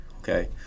okay